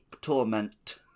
Torment